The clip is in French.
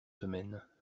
semaines